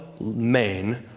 main